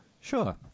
Sure